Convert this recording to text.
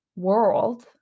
world